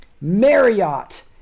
Marriott